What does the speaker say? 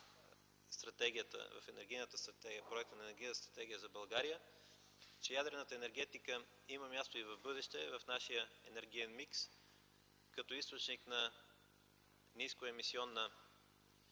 затова ние сме записали в проекта за Енергийна стратегия на България, че ядрената енергетика има място и в бъдеще в нашия енергиен микс като източник на нискоемисионна